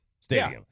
stadium